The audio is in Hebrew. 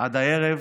עד הערב,